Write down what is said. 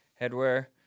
headwear